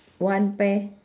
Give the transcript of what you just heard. one pair